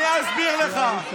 אני אסביר לך.